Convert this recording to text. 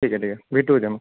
ठीक आहे ठीक आहे भेटू उद्या मग